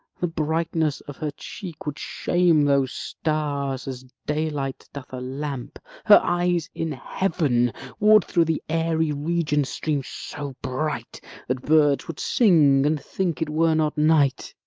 the brightness of her cheek would shame those stars, as daylight doth a lamp her eyes in heaven would through the airy region stream so bright that birds would sing and think it were not night